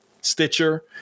Stitcher